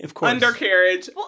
undercarriage